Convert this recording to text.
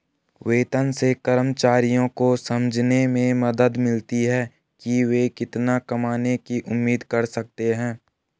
वेतन से कर्मचारियों को समझने में मदद मिलती है कि वे कितना कमाने की उम्मीद कर सकते हैं